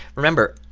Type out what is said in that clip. remember,